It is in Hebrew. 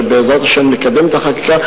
שבעזרת השם נקדם את החקיקה,